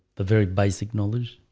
the very basic knowledge,